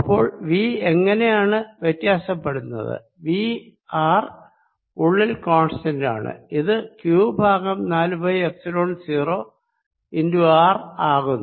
അപ്പോൾ V എങ്ങിനെയാണ് വ്യത്യാസപ്പെടുന്നത് V ആർ ഉള്ളിൽ കോൺസ്റ്റന്റ് ആണ് അത് Q ബൈ നാലു പൈ എപ്സിലോൺ 0 R ആകുന്നു